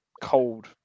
cold